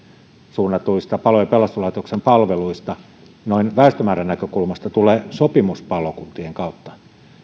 suunnatuista palo ja pelastuslaitoksen palveluista noin väestömäärän näkökulmasta tulee sopimuspalokuntien kautta